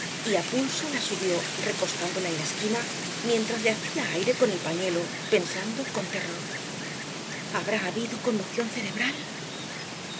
y á pulso la subió recostándola en la esquina mientras le hacía aire con el pañuelo pensando con terror habrá habido conmoción cerebral a